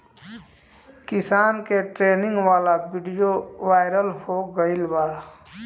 किसान के ट्रेनिंग वाला विडीओ वायरल हो गईल बा